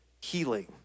healing